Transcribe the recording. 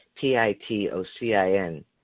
P-I-T-O-C-I-N